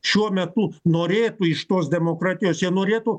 šiuo metu norėtų iš tos demokratijos jie norėtų